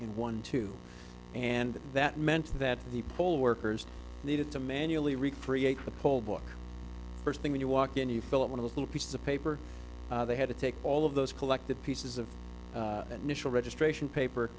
in one two and that meant that the poll workers needed to manually recreate the poll book first thing when you walk in you fill up one of those little pieces of paper they had to take all of those collected pieces of initial registration paper